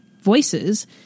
voices